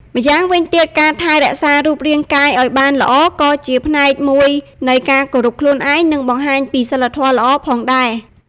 ម្យ៉ាងវិញទៀត ការថែរក្សារូបរាងកាយឱ្យបានល្អ ក៏ជាផ្នែកមួយនៃការគោរពខ្លួនឯង និងបង្ហាញពី សីលធម៌ល្អ ផងដែរ។